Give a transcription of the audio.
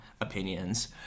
opinions